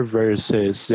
versus